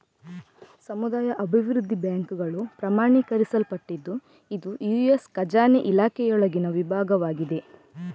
ಸಮುದಾಯ ಅಭಿವೃದ್ಧಿ ಬ್ಯಾಂಕುಗಳು ಪ್ರಮಾಣೀಕರಿಸಲ್ಪಟ್ಟಿದ್ದು ಇದು ಯು.ಎಸ್ ಖಜಾನೆ ಇಲಾಖೆಯೊಳಗಿನ ವಿಭಾಗವಾಗಿದೆ